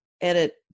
edit